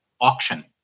auction